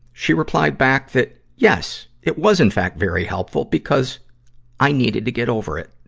she replied back that, yes, it was, in fact, very helpful because i needed to get over it.